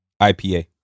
IPA